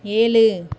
ஏழு